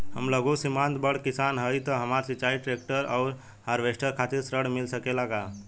हम लघु सीमांत बड़ किसान हईं त हमरा सिंचाई ट्रेक्टर और हार्वेस्टर खातिर ऋण मिल सकेला का?